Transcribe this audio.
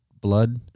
blood